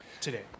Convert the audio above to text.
today